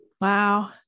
Wow